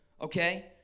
Okay